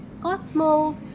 Cosmo